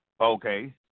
Okay